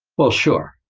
well, sure.